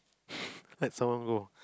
let someone go